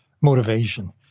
motivation